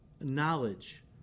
knowledge